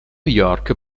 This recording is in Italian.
york